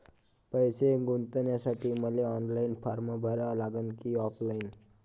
पैसे गुंतन्यासाठी मले ऑनलाईन फारम भरा लागन की ऑफलाईन?